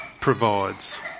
provides